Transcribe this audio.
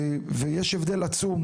ויש הבדל עצום,